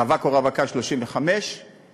רווק או רווקה בגיל 35 ומעלה,